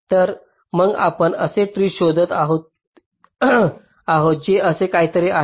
तर मग आपण असे ट्री शोधत आहोत जे असे काहीतरी आहे